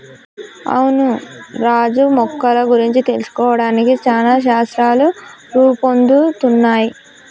అవును రాజు మొక్కల గురించి తెలుసుకోవడానికి చానా శాస్త్రాలు రూపొందుతున్నయ్